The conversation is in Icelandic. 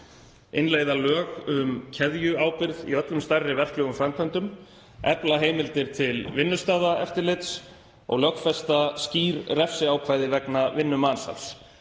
innleiða lög um keðjuábyrgð í öllum stærri verklegum framkvæmdum, efla heimildir til vinnustaðaeftirlits og lögfesta skýr refsiákvæði vegna vinnumansals.